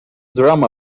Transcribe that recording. drama